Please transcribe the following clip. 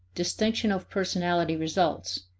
distinction of personality results,